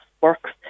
works